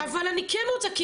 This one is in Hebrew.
אבל אני כן רוצה,